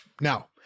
now